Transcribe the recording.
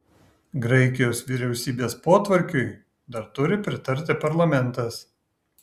graikijos vyriausybės potvarkiui dar turi pritarti parlamentas